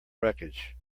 wreckage